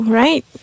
right